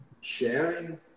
sharing